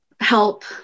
help